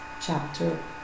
chapter